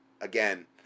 again